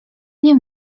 nie